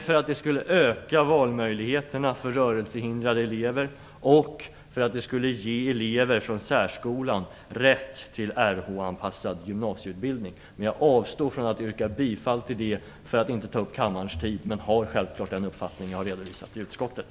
Därmed skulle rörelsehindrade elevers valmöjligheter öka, och elever från särskolan skulle få rätt till Rhanpassad gymnasieutbildning. Jag avstår från att yrka bifall i det fallet för att inte ta upp kammarens tid. Men jag har självfallet den uppfattning som jag har redovisat i utskottet.